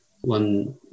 one